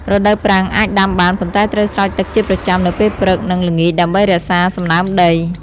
រដូវប្រាំង អាចដាំបាន ប៉ុន្តែត្រូវស្រោចទឹកជាប្រចាំនៅពេលព្រឹក និងល្ងាចដើម្បីរក្សាសំណើមដី។